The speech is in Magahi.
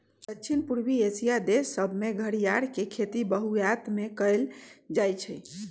दक्षिण पूर्वी एशिया देश सभमें घरियार के खेती बहुतायत में कएल जाइ छइ